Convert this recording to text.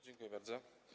Dziękuję bardzo.